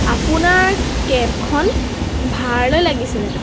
আপোনাৰ কেবখন ভাড়ালৈ লাগিছিলে